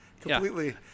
completely